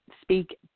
speak